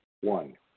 One